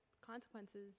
consequences